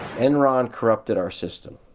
enron corrupted our system.